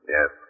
Yes